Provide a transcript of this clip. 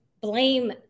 blame